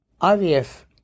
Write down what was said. IVF